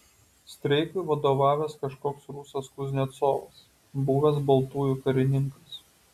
streikui vadovavęs kažkoks rusas kuznecovas buvęs baltųjų karininkas